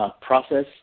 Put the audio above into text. process